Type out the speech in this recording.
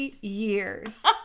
years